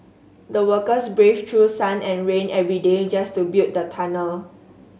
the workers braved through sun and rain every day just to build the tunnel